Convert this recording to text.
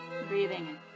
breathing